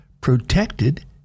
protected